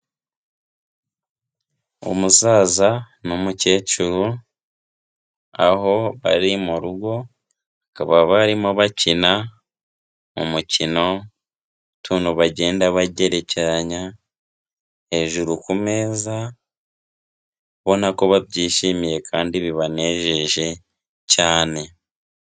Umusaza n'umukecuru, aho bari mu rugo bakaba barimo bakina umukino utuntu bagenda bagerekeranya hejuru ku meza, ubona ko babyishimiye kandi bibanejeje cyane.